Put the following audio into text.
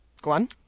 Glenn